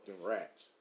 rats